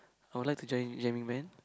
I would like to join jamming band